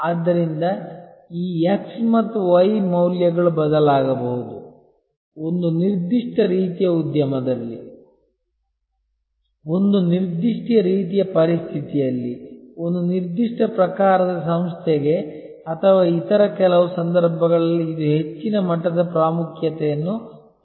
ಆದ್ದರಿಂದ ಈ x ಮತ್ತು y ಮೌಲ್ಯಗಳು ಬದಲಾಗಬಹುದು ಒಂದು ನಿರ್ದಿಷ್ಟ ರೀತಿಯ ಉದ್ಯಮದಲ್ಲಿ ಒಂದು ನಿರ್ದಿಷ್ಟ ರೀತಿಯ ಪರಿಸ್ಥಿತಿಯಲ್ಲಿ ಒಂದು ನಿರ್ದಿಷ್ಟ ಪ್ರಕಾರದ ಸಂಸ್ಥೆಗೆ ಅಥವಾ ಇತರ ಕೆಲವು ಸಂದರ್ಭಗಳಲ್ಲಿ ಇದು ಹೆಚ್ಚಿನ ಮಟ್ಟದ ಪ್ರಾಮುಖ್ಯತೆಯನ್ನು ಹೊಂದಿರಬಹುದು